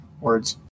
Words